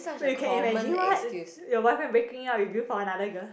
wait you can imagine what your boyfriend breaking up with you for another girl